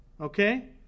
okay